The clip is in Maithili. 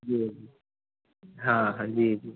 जी हाँ जी जी